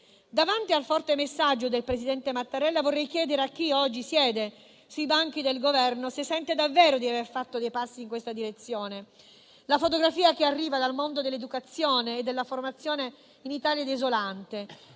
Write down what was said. Davanti al forte messaggio del presidente Mattarella, vorrei chiedere a chi oggi siede sui banchi del Governo se sente davvero di aver fatto dei passi in questa direzione. La fotografia che arriva dal mondo dell'educazione e della formazione in Italia è desolante.